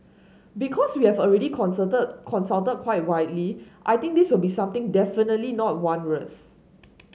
because we have already consulted quite widely I think this will be something definitely not onerous